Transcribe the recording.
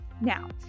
Now